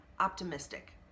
optimistic